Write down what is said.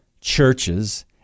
churches